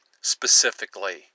specifically